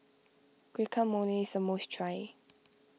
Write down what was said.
Guacamole is a must try